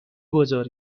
بزرگ